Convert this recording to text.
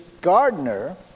gardener